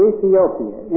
Ethiopia